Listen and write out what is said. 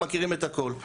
אנחנו מכירים את הכל.